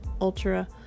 ultra